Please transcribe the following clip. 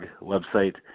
website